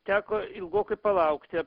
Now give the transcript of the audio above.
teko ilgokai palaukti